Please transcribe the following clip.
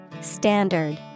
Standard